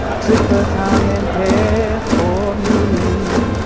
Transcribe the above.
took the time and cared for me.